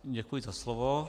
Děkuji za slovo.